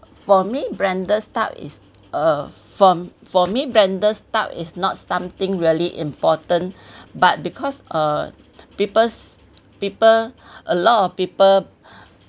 for me branded stuff is a firm for me branded stuff is not something really important but because uh people's people a lot of people